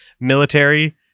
military